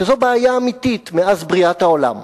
שזו בעיה אמיתית מאז בריאת העולם,